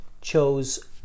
chose